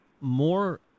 more